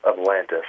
Atlantis